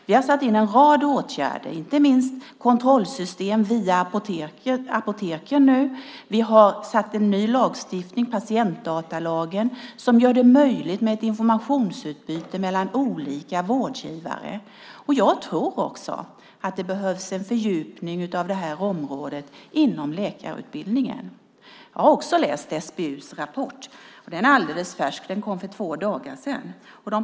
Vi har satt in en rad åtgärder, inte minst kontrollsystem via apoteken nu. Vi har en ny lagstiftning på plats, patientdatalagen, som gör det möjligt med ett informationsutbyte mellan olika vårdgivare. Jag tror också att det behövs en fördjupning på det här området inom läkarutbildningen. Jag har också läst SBU:s rapport. Den är alldeles färsk - den kom för två dagar sedan.